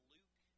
Luke